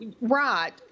right